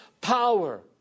power